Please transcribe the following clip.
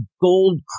gold